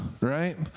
right